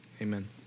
Amen